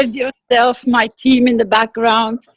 and yourself my team in the background,